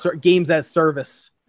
games-as-service